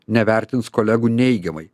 nevertins kolegų neigiamai